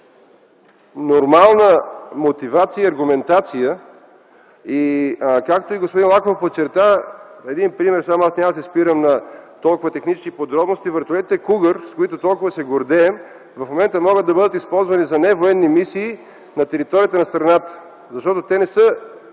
нормална мотивация и аргументация. Както и господин Лаков подчерта – ще дам един пример, без да се спирам на технически подробности – вертолетите „Кугър”, с които толкова се гордеем, в момента могат да бъдат използвани за невоенни мисии на територията на страната, защото не са